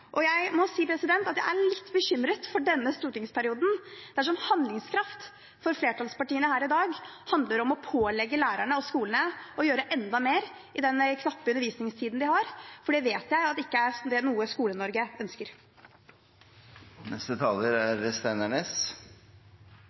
handlingslammelse. Jeg må si at jeg er litt bekymret for denne stortingsperioden dersom handlingskraft for flertallspartiene her i dag handler om å pålegge lærerne og skolene å gjøre enda mer i den knappe undervisningstiden de har, for det vet jeg at ikke er noe Skole-Norge ønsker. Fysisk aktivitet er